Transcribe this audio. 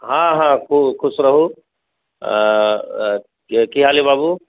हँ हँ खूब खुश रहू की हाल अइ बाबू